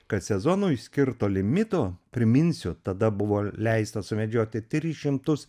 kad sezonui skirto limito priminsiu tada buvo leista sumedžioti tris šimtus